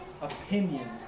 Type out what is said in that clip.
opinion